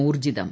ഊർജ്ജിതം